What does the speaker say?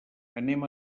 anem